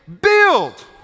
build